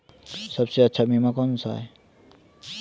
सबसे अच्छा बीमा कौनसा है?